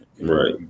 Right